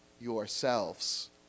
yourselves